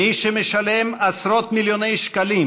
מי שמשלם עשרות מיליוני שקלים